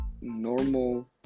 normal